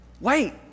Wait